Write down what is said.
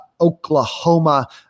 Oklahoma